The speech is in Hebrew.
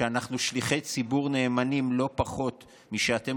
שאנחנו שליחי ציבור נאמנים לא פחות משאתם